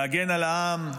להגן על העם,